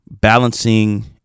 balancing